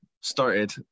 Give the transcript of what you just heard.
started